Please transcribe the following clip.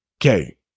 Okay